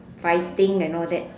fighting and all that